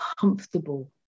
comfortable